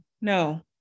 no